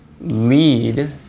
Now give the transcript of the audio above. lead